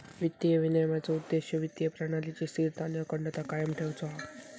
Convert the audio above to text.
वित्तीय विनिमयनाचो उद्देश्य वित्तीय प्रणालीची स्थिरता आणि अखंडता कायम ठेउचो हा